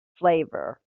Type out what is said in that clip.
flavor